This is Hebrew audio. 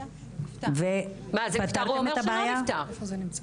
הוא אומר שזה לא נפתר.